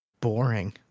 boring